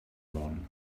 one